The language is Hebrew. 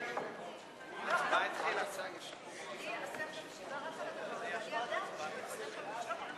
קדימה להביע אי-אמון בממשלה לא נתקבלה.